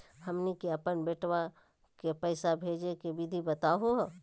हमनी के अपन बेटवा क पैसवा भेजै के विधि बताहु हो?